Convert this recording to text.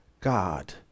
God